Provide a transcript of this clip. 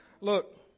look